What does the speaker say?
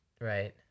Right